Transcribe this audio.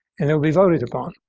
and it will be voted upon,